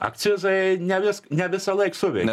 akcizai ne visk ne visąlaik suveikia